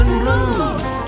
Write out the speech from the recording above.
blues